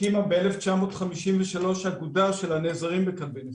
הקימה ב-1953 אגודה של הנעזרים בכלבי נחייה.